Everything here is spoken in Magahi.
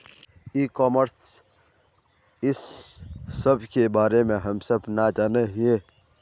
ई कॉमर्स इस सब के बारे हम सब ना जाने हीये?